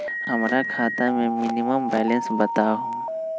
हमरा खाता में मिनिमम बैलेंस बताहु?